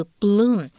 bloom？